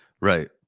right